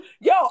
yo